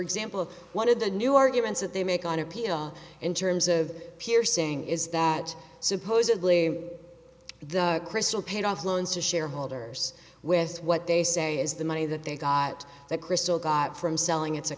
example of one of the new arguments that they make an appeal in terms of piercing is that supposedly the crystal paid off loans to shareholders with what they say is the money that they got that crystal got from selling it